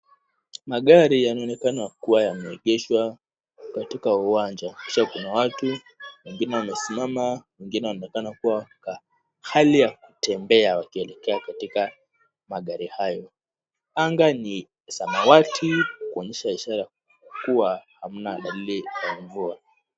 Magari yanaonekana kuwa yameegeshwa katika uwanja. Kisha kuna watu, wengine wamesimama wengine wanaonekana kukaa, hali ya kutembea wakielekea katika magari hayo. Anga ni samawati kuonyesha ishara kuwa hamna dalili ya mvua.